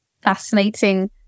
fascinating